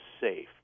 safe